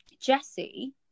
Jesse